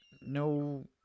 No